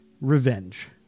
revenge